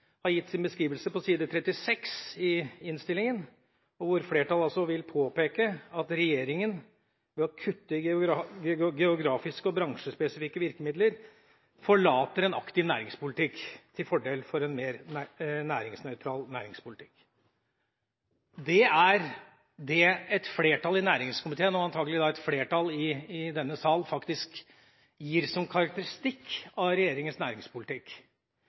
har gitt sin beskrivelse på side 36 i innstillingen, hvor de påpeker at regjeringen ved å kutte i geografiske og bransjespesifikke virkemidler forlater en aktiv næringspolitikk til fordel for en mer næringsnøytral næringspolitikk. Det er det et flertall i næringskomiteen, og antakelig et flertall i denne sal, gir som karakteristikk av regjeringens næringspolitikk.